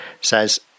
says